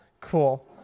cool